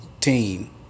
team